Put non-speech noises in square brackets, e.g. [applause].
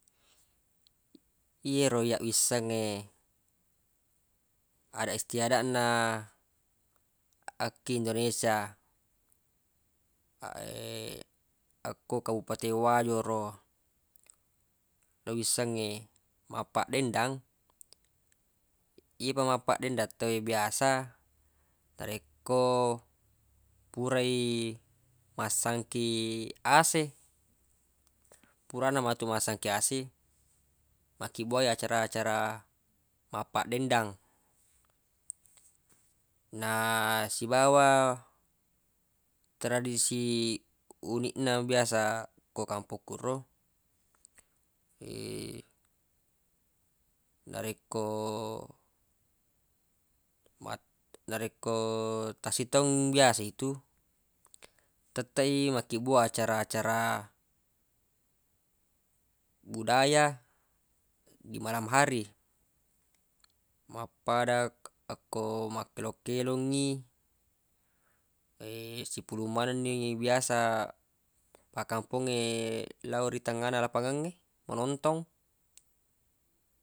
Yero iyyaq wissengnge adaq istiadaq na akki indonesia [hesitation] akko kabupaten wajo ro lo wissengnge mappaddendang yepa mappaddendang tawwe biasa narekko purai massangki ase purana matu massangki ase makkibbuaq acara-acara mappaddendang na sibawa tradisi uniq na biasa ko kampokku ro [hesitation] narekko mat- narekko tassitaung biasa itu tetteq i makkibbuaq acara-acara budaya di malam hari mappada akko makkelong-kelongngi [hesitation] sipulung manenni biasa pakkampongnge lao ri tengngana lapangangnge manontong